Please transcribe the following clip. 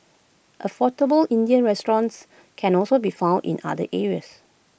affordable Indian restaurants can also be found in other areas